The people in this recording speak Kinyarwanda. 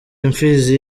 imfizi